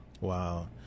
Wow